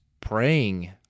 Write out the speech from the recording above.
praying